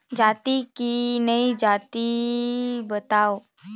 जाही की नइ जाही बताव?